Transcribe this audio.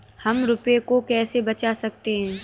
हम रुपये को कैसे बचा सकते हैं?